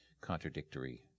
contradictory